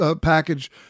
package